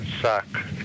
suck